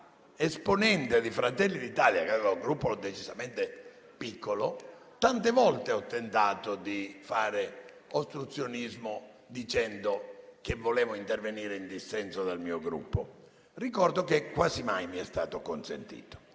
esponente di Fratelli d'Italia, che era un Gruppo decisamente piccolo, tante volte ho tentato di fare ostruzionismo dicendo di voler intervenire in dissenso dal mio Gruppo, ma ricordo che quasi mai mi è stato consentito.